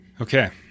Okay